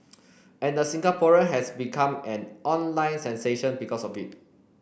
and the Singaporean has become an online sensation because of it